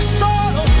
solo